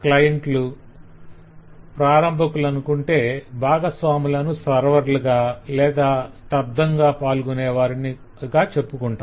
క్లయింట్లు ప్రారంభకులనుకుంటే భాగస్వాములను సర్వర్లు గా లేదా స్తబ్ధంగా పాల్గునేవారిగా చెప్పుకుంటాం